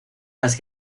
las